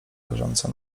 leżące